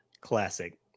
Classic